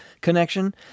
connection